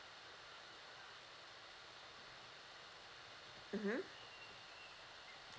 mmhmm